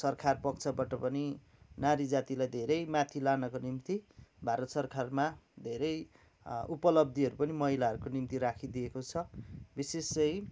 सरकार पक्षबाट पनि नारी जातिलाई धेरै माथि लानको निम्ति भारत सरकारमा धेरै उपलब्धिहरू पनि महिलाहरूको निम्ति राखिदिएको छ विशेष चाहिँ